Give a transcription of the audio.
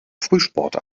frühsport